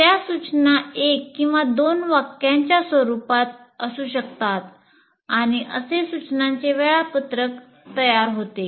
त्या सूचना 1 किंवा 2 वाक्यांच्या स्वरूपात असू शकतात आणि असे सूचनांचे वेळापत्रक तयार होते